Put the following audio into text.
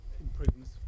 improvements